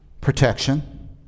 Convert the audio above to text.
protection